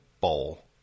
bowl